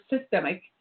systemic